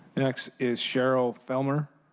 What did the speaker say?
next is cheryl filmer.